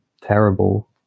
terrible